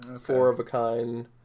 Four-of-a-kind